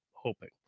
hoping